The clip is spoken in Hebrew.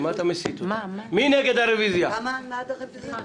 מי נגד הרביזיה?